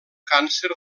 càncer